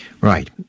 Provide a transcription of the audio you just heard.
Right